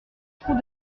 trou